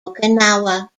okinawa